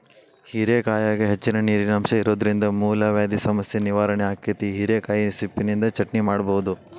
ಹೇರೆಕಾಯಾಗ ಹೆಚ್ಚಿನ ನೇರಿನಂಶ ಇರೋದ್ರಿಂದ ಮೂಲವ್ಯಾಧಿ ಸಮಸ್ಯೆ ನಿವಾರಣೆ ಆಕ್ಕೆತಿ, ಹಿರೇಕಾಯಿ ಸಿಪ್ಪಿನಿಂದ ಚಟ್ನಿ ಮಾಡಬೋದು